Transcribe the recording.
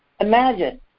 Imagine